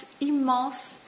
immense